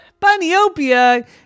Bunnyopia